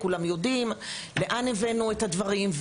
כולם יודעים לאן הבאנו את הדברים,